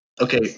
Okay